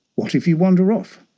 what if you wander off,